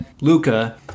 Luca